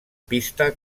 pista